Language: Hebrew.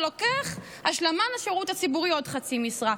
ולוקח השלמה לשירות הציבורי עוד חצי משרה.